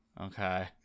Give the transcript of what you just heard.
Okay